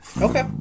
Okay